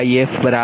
1560 j0